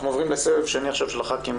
אנחנו עוברים לסבב שני של חברי הכנסת.